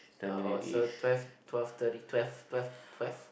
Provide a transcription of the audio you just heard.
oh so twelve twelve thirty twelve twelve twelve